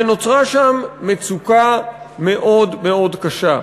ונוצרה שם מצוקה מאוד מאוד קשה.